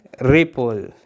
Ripple